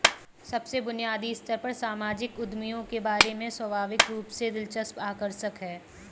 सबसे बुनियादी स्तर पर सामाजिक उद्यमियों के बारे में स्वाभाविक रूप से दिलचस्प आकर्षक है